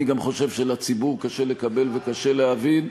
אני גם חושב שלציבור קשה לקבל וקשה להבין,